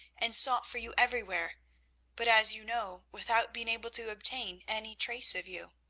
and sought for you everywhere but, as you know, without being able to obtain any trace of you.